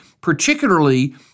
particularly